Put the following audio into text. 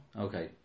Okay